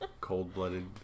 cold-blooded